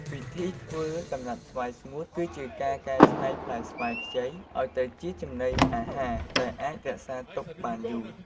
វិធីធ្វើដំណាប់ស្វាយស្ងួត គឺជាការកែច្នៃផ្លែស្វាយខ្ចីឱ្យទៅជាចំណីអាហារដែលអាចរក្សាទុកបានយូរ។